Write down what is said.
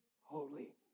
holy